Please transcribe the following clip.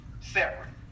separate